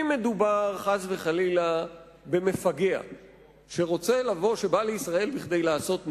אם מדובר חס וחלילה במפגע שבא לישראל כדי לעשות נזק,